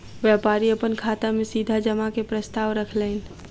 व्यापारी अपन खाता में सीधा जमा के प्रस्ताव रखलैन